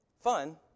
fun